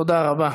תודה רבה.